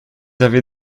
avez